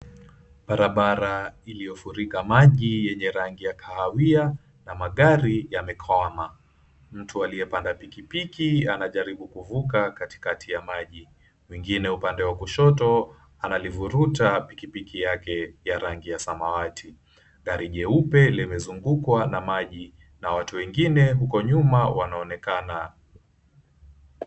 Barabara iliyofurika maji yenye rangi ya kahawia na magari yamekwama. Mtu aliyepanda pikipiki anajaribu kuvuka katikati ya maji. Mwengine upande wa kushoto analivuruta pikipiki yake ya rangi ya samawati. Gari jeupe limezungukwa na maji na watu wengine uko nyuma wanaonekana.